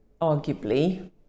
arguably